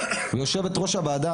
יושבת ראש הוועדה,